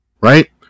right